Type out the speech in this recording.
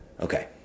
Okay